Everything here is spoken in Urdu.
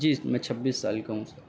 جی میں چھبیس سال کا ہوں سر